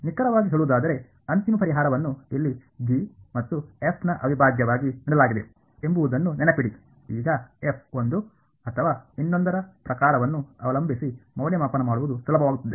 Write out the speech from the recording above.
ನಿಖರವಾಗಿ ಹೇಳುವುದಾದರೆ ಅಂತಿಮ ಪರಿಹಾರವನ್ನು ಇಲ್ಲಿ ಜಿ ಮತ್ತು ಎಫ್ನ ಅವಿಭಾಜ್ಯವಾಗಿ ನೀಡಲಾಗಿದೆ ಎಂಬುದನ್ನು ನೆನಪಿಡಿ ಈಗ ಎಫ್ ಒಂದು ಅಥವಾ ಇನ್ನೊಂದರ ಪ್ರಕಾರವನ್ನು ಅವಲಂಬಿಸಿ ಮೌಲ್ಯಮಾಪನ ಮಾಡುವುದು ಸುಲಭವಾಗುತ್ತದೆ